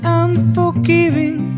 unforgiving